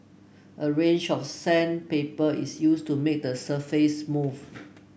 a range of sandpaper is used to make the surface smooth